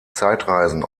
zeitreisen